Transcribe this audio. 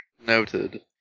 Noted